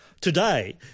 Today